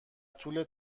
طول